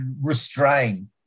restrain